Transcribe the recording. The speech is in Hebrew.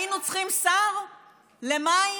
היינו צריכים שר למים?